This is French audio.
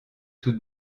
tout